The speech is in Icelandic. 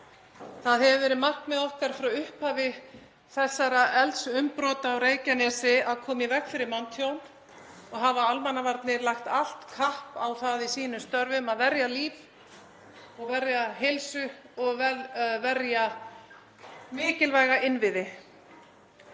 Það hefur verið markmið okkar frá upphafi þessara eldsumbrota á Reykjanesi að koma í veg fyrir manntjón og hafa almannavarnir lagt allt kapp á það í sínum störfum að verja líf, verja heilsu og verja mikilvæga innviði.